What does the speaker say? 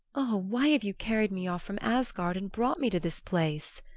oh, why have you carried me off from asgard and brought me to this place?